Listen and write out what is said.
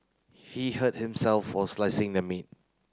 he hurt himself while slicing the meat